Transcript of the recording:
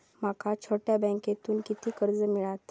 माका छोट्या बँकेतून किती कर्ज मिळात?